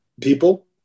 people